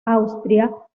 austria